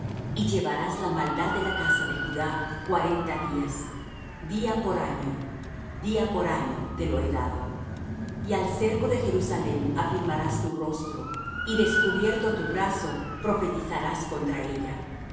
y llevarás la maldad de la casa de judá cuarenta días día por año día por año te lo he dado y al cerco de jerusalem afirmarás tu rostro y descubierto tu brazo profetizarás contra ella